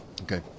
Okay